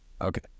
Okay